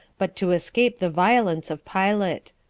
but to escape the violence of pilate.